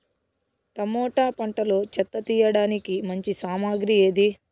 Tomato పంటలో చెత్త తీయడానికి మంచి సామగ్రి ఏది?